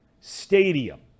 stadium